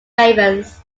ravens